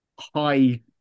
high